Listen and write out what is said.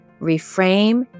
reframe